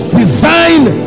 designed